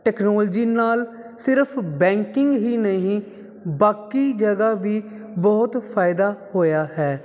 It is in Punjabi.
ਟੈਕਨੋਲਜੀ ਨਾਲ ਸਿਰਫ ਬੈਂਕਿੰਗ ਹੀ ਨਹੀਂ ਬਾਕੀ ਜਗ੍ਹਾ ਵੀ ਬਹੁਤ ਫਾਇਦਾ ਹੋਇਆ ਹੈ